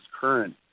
current